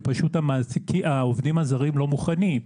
כי העובדים הזרים לא מוכנים.